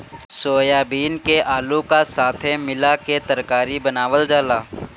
soybean के आलू का साथे मिला के तरकारी बनावल जाला